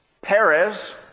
Perez